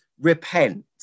repent